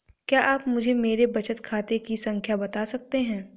क्या आप मुझे मेरे बचत खाते की खाता संख्या बता सकते हैं?